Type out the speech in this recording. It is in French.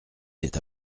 est